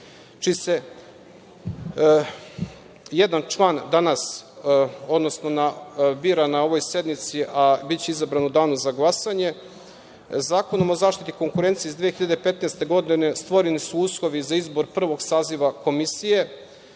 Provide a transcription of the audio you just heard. čiji se jedan član danas, odnosno bira na ovoj sednici, a biće izabran u danu za glasanje. Zakonom o zaštiti konkurencije iz 2015. godine stvoreni su uslovi za izbor prvog saziva Komisije